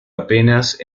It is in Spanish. apenas